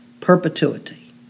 Perpetuity